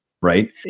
right